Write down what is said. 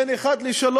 בין 1 ל-3,